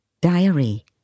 diary